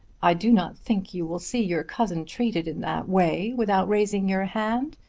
i do not think you will see your cousin treated in that way without raising your hand.